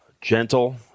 Gentle